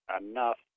enough